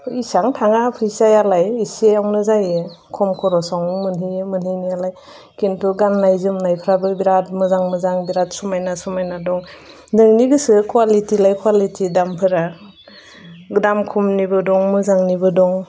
एसां थाङा फैसायालाय एसेयावनो जायो खम खरसावनो मोनहैयो मोनहैनायालाय खिन्थु गाननाय जोमनायफ्राबो बिराद मोजां मोजां बिराद समायना समायना दं नोंनि गोसो कुवालिटि लायै कुवालिटि दामफोरा दाम खमनिबो दं मोजांनिबो दं